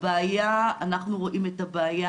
הבעיה, אנחנו רואים את הבעיה,